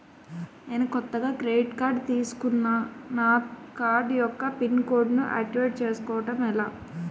నేను కొత్తగా credit card తిస్కున్నా నా కార్డ్ యెక్క పిన్ కోడ్ ను ఆక్టివేట్ చేసుకోవటం ఎలా?